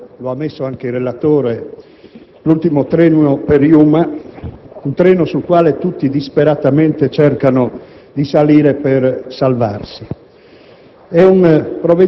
che è diventato, lo ha detto anche il relatore, l'ultimo treno per Yuma, un treno sul quale tutti disperatamente cercano di salire per salvarsi.